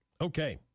Okay